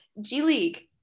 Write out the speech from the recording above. G-League